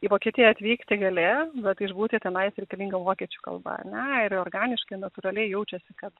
į vokietiją atvykti gali bet išbūti tenais reikalinga vokiečių kalba ar ne ir organiškai natūraliai jaučiasi kad